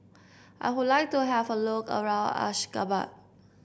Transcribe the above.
I would like to have a look around Ashgabat